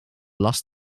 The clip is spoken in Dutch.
last